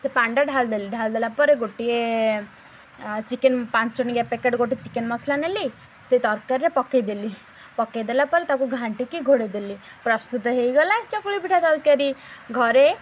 ସେ ପାଣିଟା ଢାଳି ଦେଲି ଢାଲି ଦେଲା ପରେ ଗୋଟିଏ ଚିକେନ୍ ପାଞ୍ଚଟଙ୍କିଆ ପ୍ୟାକେଟ୍ ଗୋଟେ ଚିକେନ୍ ମସଲା ନେଲି ସେ ତରକାରୀରେ ପକେଇଦେଲି ପକେଇ ଦେଲା ପରେ ତାକୁ ଘାଣ୍ଟିକି ଘୋଡ଼େଇଦେଲି ପ୍ରସ୍ତୁତ ହେଇଗଲା ଚକୁଳି ପିଠା ତରକାରୀ ଘରେ